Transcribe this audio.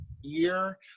year